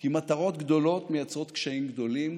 כי מטרות גדולות מייצרות קשיים גדולים.